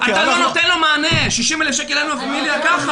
אתה לא נותן לו מענה, 60,000 שקל אין לו ממי לקחת.